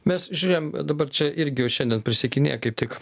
mes žiūrėjom dabar čia irgi o šiandien prisiekinėja kaip tik